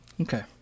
Okay